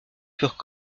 furent